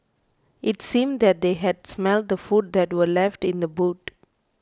it seemed that they had smelt the food that were left in the boot